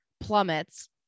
plummets